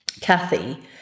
Kathy